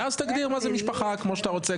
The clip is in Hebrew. ואז תגדיר מה זה משפחה כמו שאתה רוצה,